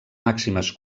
màximes